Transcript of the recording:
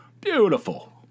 Beautiful